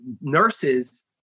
nurses